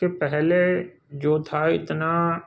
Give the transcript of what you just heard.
کہ پہلے جو تھا اتنا